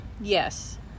Yes